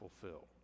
fulfill